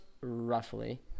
roughly